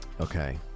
Okay